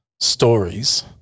stories